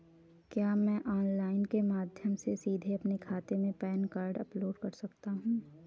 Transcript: क्या मैं ऑनलाइन के माध्यम से सीधे अपने खाते में पैन कार्ड अपलोड कर सकता हूँ?